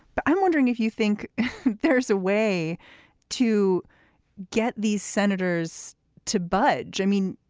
but i'm wondering if you think there's a way to get these senators to budge. i mean,